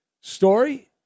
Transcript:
story